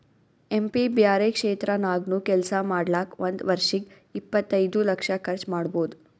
M P ಬ್ಯಾರೆ ಕ್ಷೇತ್ರ ನಾಗ್ನು ಕೆಲ್ಸಾ ಮಾಡ್ಲಾಕ್ ಒಂದ್ ವರ್ಷಿಗ್ ಇಪ್ಪತೈದು ಲಕ್ಷ ಕರ್ಚ್ ಮಾಡ್ಬೋದ್